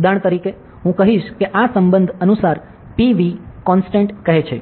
ઉદાહરણ તરીકે હું કહીશ કે આ સંબંધ અનુસાર PV કોંસ્ટંટ કહે છે